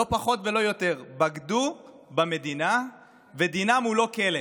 לא פחות ולא יותר, בגדו במדינה, ודינם הוא לא כלא,